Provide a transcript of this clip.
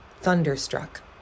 thunderstruck